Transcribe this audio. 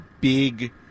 big